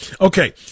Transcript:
okay